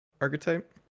Archetype